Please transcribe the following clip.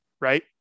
right